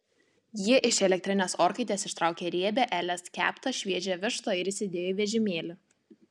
ji iš elektrinės orkaitės ištraukė riebią elės keptą šviežią vištą ir įsidėjo į vežimėlį